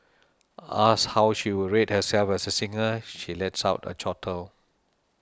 asked how she would rate herself as a singer she lets out a chortle